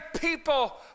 people